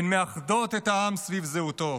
הן מאחדות את העם סביב זהותו,